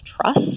trust